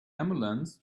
ambulance